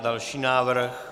Další návrh.